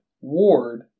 Ward